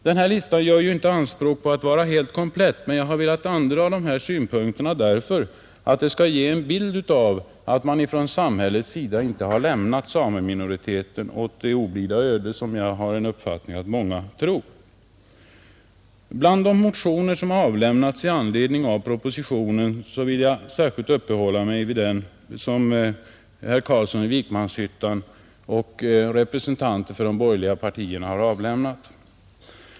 Denna lista gör inte anspråk på att vara helt komplett, men jag har anfört dessa synpunkter därför att det skall ge en bild av att man från samhällets sida inte har lämnat sameminoriteten åt det oblida öde som många tydligen tror är fallet. Bland de motioner som har avlämnats i anledning av propositionen vill jag särskilt uppehålla mig vid den som herr Carlsson i Vikmanshyttan och representanter för de borgerliga partierna har väckt.